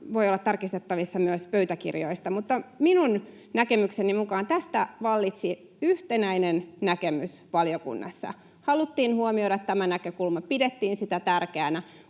voi olla tarkistettavissa myös pöytäkirjoista, mutta minun näkemykseni mukaan tästä vallitsi yhtenäinen näkemys valiokunnassa: Haluttiin huomioida tämä näkökulma, pidettiin sitä tärkeänä.